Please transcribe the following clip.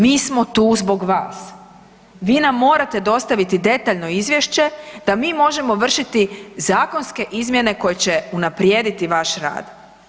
Mi smo tu zbog vas, vi nam morate dostaviti detaljno izvješće da mi možemo vršiti zakonske izmjene koje će unaprijediti vaš rad.